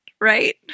right